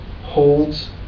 holds